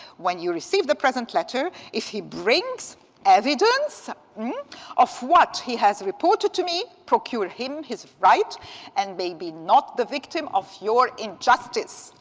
when you receive the present letter, if he brings evidence of what he has reported to me, procure him his right and maybe not the victim of your injustice.